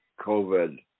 COVID